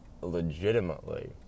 legitimately